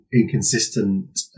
inconsistent